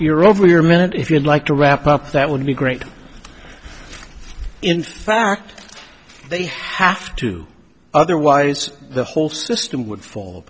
you're over your minute if you like to wrap up that would be great in fact they have to otherwise the whole system would fall